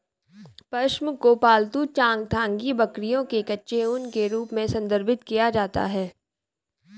पश्म को पालतू चांगथांगी बकरियों के कच्चे ऊन के रूप में संदर्भित किया जाता है